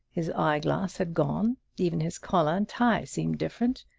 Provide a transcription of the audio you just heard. his eyeglass had gone. even his collar and tie seemed different.